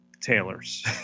tailors